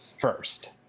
first